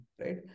right